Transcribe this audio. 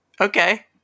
Okay